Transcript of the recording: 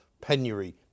penury